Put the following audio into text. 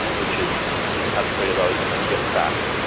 which is you have three of those and then you get sacked.